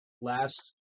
last